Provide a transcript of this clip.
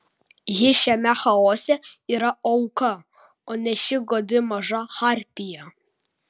ji šiame chaose yra auka o ne ši godi maža harpija